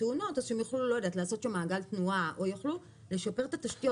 תאונות אז שהם יוכלו לעשות שם מעגל תנועה או יוכלו לשפר את התשתיות.